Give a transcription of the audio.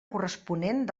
corresponent